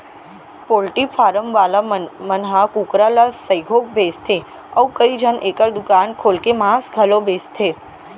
poultry farm वाला मन ह कुकरा ल सइघो बेचथें अउ कइझन एकर दुकान खोल के मांस घलौ बेचथें